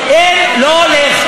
אין, לא הולך.